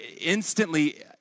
instantly